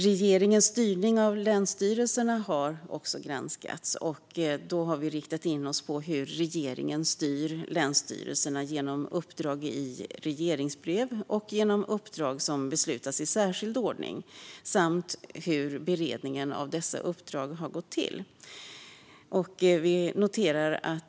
Regeringens styrning av länsstyrelserna har också granskats. Vi har riktat in oss på hur regeringen styr länsstyrelserna genom dels uppdrag i regleringsbrev, dels uppdrag som beslutats i särskild ordning, samt på hur beredningen av dessa uppdrag går till.